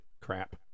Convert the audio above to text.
Crap